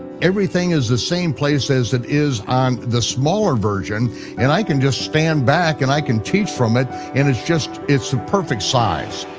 everything is the same place as it is on the smaller version and i can just stand back and i can teach from it and it's just, it's the perfect size.